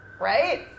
Right